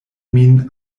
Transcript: min